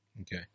Okay